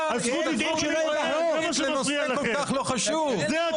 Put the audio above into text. הזכות לבחור ולהיבחר, זה מה שמפריע לכם.